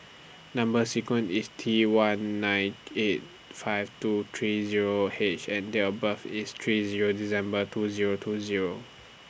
Number sequence IS T one nine eight five two three Zero H and Date of birth IS three Zero December two Zero two Zero